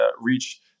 reach